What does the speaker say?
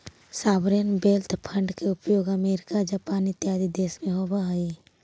sovereign wealth fund के उपयोग America Japan इत्यादि देश में होवऽ हई